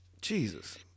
Jesus